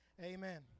amen